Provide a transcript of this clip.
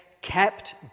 kept